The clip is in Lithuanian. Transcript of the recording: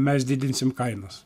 mes didinsim kainas